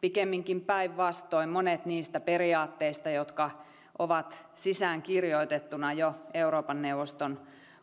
pikemminkin päinvastoin monet niistä periaatteista jotka ovat sisäänkirjoitettuina jo euroopan neuvoston